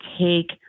take